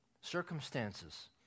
circumstances